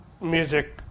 music